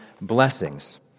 blessings